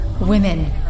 women